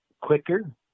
quicker